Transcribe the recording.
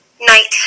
Night